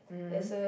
mmhmm